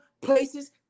places